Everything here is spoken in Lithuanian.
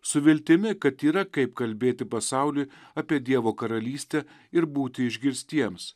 su viltimi kad yra kaip kalbėti pasauliui apie dievo karalystę ir būti išgirstiems